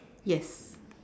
yes